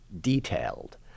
detailed